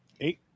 Eight